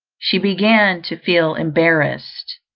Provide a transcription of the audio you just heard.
she began to feel embarrassed